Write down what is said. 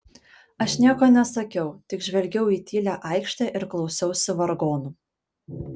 aš nieko nesakiau tik žvelgiau į tylią aikštę ir klausiausi vargonų